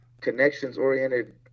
connections-oriented